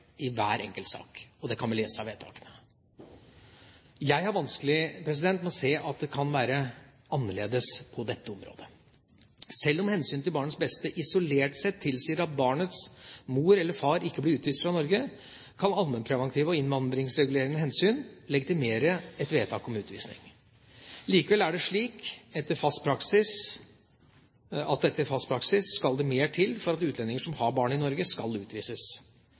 i hver enkelt sak. Det kan vi lese av vedtakene. Jeg har vanskelig for å se at det kan være annerledes på dette området. Sjøl om hensynet til barnets beste isolert sett tilsier at barnets mor eller far ikke blir utvist fra Norge, kan allmennpreventive og innvandringsregulerende hensyn legitimere et vedtak om utvisning. Likevel er det slik at etter fast praksis skal det mer til for at utlendinger som har barn i Norge, skal utvises.